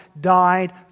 died